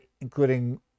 including